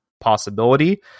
possibility